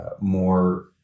more